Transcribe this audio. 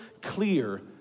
clear